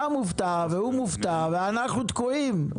אתה מופתע והוא מופתע ואנחנו תקועים.